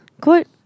Good